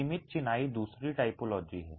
सीमित चिनाई दूसरी टाइपोलॉजी है